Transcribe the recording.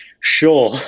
sure